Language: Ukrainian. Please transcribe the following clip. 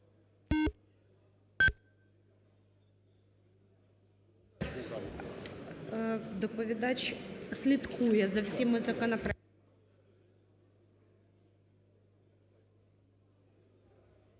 Доповідач слідкує за всіма законопроектами…